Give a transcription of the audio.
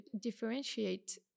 differentiate